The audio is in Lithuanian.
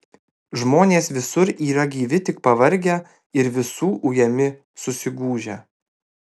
žmonės visur yra gyvi tik pavargę ir visų ujami susigūžę